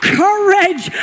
courage